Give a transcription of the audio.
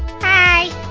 Hi